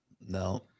No